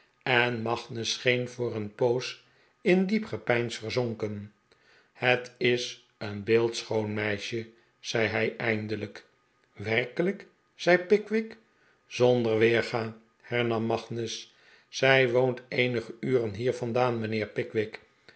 en magnus scheen voor een poos in diep gepeins verzonken het is een beeldschoon meisje zei hij eindelijk werkelijk zei pickwick zonder weerga hernam magnus zij woont eenige uren hier vandaan mijnheer pickwick